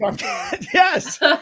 Yes